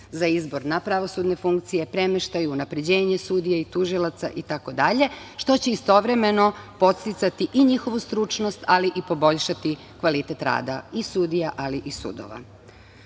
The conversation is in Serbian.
za izbor na pravosudne funkcije, premeštaj, unapređenje sudija i tužilaca, itd. što će istovremeno podsticati i njihovu stručnost, ali i poboljšati kvalitet rada i sudija, ali i sudova.U